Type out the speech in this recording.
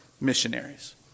missionaries